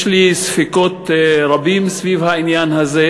יש לי ספקות רבים סביב העניין הזה.